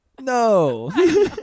No